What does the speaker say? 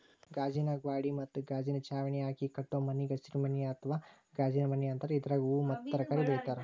ಗಾಜಿನ ಗ್ವಾಡಿ ಮತ್ತ ಗಾಜಿನ ಚಾವಣಿ ಹಾಕಿ ಕಟ್ಟೋ ಮನಿಗೆ ಹಸಿರುಮನಿ ಅತ್ವಾ ಗಾಜಿನಮನಿ ಅಂತಾರ, ಇದ್ರಾಗ ಹೂವು ಮತ್ತ ತರಕಾರಿ ಬೆಳೇತಾರ